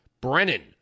Brennan